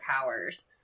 powers